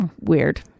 weird